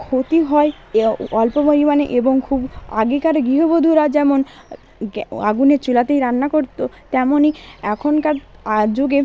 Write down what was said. ক্ষতি হয় অল্প পরিমাণে এবং খুব আগেকার গৃহবধূরা যেমন আগুনের চুলাতেই রান্না করতো তেমনই এখনকার যুগে